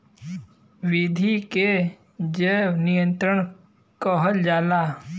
विधि के जैव नियंत्रण कहल जाला